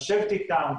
לשבת איתם,